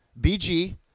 BG